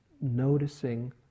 noticing